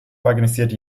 organisiert